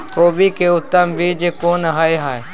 कोबी के उत्तम बीज कोन होय है?